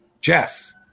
Jeff